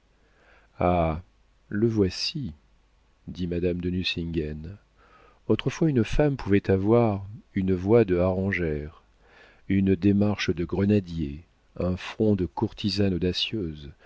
le voici dit madame de nucingen autrefois une femme pouvait avoir une voix de harengère une démarche de grenadier un front de courtisane audacieuse